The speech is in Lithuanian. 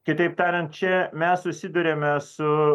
kitaip tariant čia mes susiduriame su